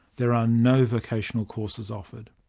there are no vocational courses offered.